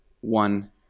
one